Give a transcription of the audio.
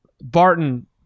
Barton